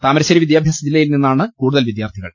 താമരശ്ശേരി വിദ്യാഭ്യാസ ജില്ലയിൽ നിന്നാണ് കൂടുതൽ വിദ്യാർത്ഥികൾ